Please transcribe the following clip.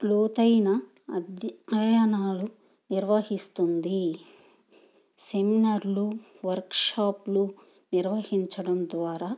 లోతైన అధ్య అయనాలు నిర్వహిస్తుంది సెమినార్లు వర్క్షాప్లు నిర్వహించడం ద్వారా